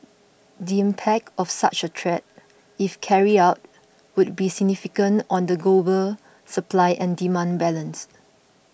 the impact of such a threat if carried out would be significant on the global supply and demand balance